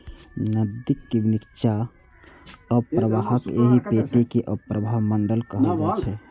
नदीक निच्चा अवप्रवाहक एहि पेटी कें अवप्रवाह मंडल कहल जाइ छै